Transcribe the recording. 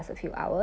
orh okay